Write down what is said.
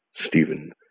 Stephen